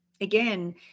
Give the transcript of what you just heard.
again